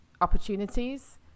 opportunities